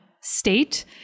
state